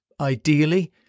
Ideally